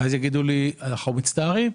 אז יגידו לי שאנחנו מצטערים,